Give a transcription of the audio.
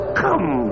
come